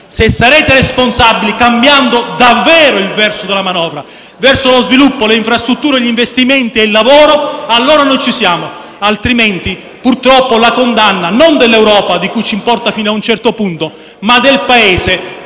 se sarete responsabili, cambiando davvero il senso della manovra, verso lo sviluppo, le infrastrutture, gli investimenti e il lavoro, allora noi ci siamo. Altrimenti, purtroppo, la condanna non dell'Europa - di cui ci importa fino a un certo punto - ma del Paese